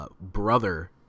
brother